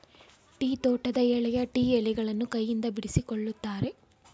tea ತೋಟದ ಎಳೆಯ tea ಎಲೆಗಳನ್ನು ಕೈಯಿಂದ ಬಿಡಿಸಿಕೊಳ್ಳುತ್ತಾರೆ